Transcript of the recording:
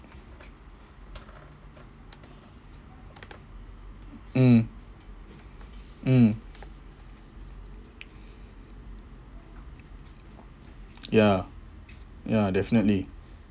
mm mm ya ya definitely